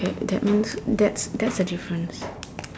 that means that's that's a difference